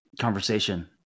conversation